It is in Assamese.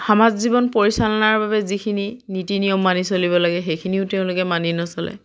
সমাজ জীৱন পৰিচালনাৰ বাবে যিখিনি নীতি নিয়ম মানি চলিব লাগে সেইখিনিও তেওঁলোকে মানি নচলে